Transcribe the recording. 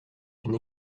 d’une